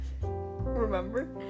remember